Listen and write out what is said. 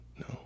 No